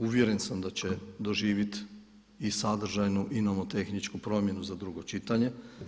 Uvjeren sam da će doživit i sadržajnu i nomotehničku promjenu za drugo čitanje.